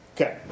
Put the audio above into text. Okay